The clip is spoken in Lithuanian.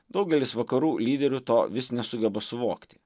daugelis vakarų lyderių to vis nesugeba suvokti